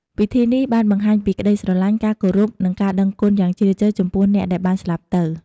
ពិធីនេះបានបង្ហាញពីក្ដីស្រឡាញ់ ការគោរព និងការដឹងគុណ យ៉ាងជ្រាលជ្រៅចំពោះអ្នកដែលបានស្លាប់ទៅ។